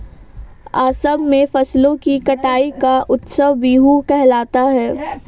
असम में फसलों की कटाई का उत्सव बीहू कहलाता है